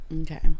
Okay